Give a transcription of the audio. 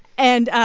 and